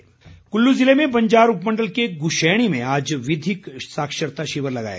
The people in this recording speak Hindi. विधिक साक्षरता कुल्लू ज़िले में बंजार उपमण्डल के गुशैणी में आज विधिक साक्षरता शिविर लगाया